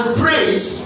praise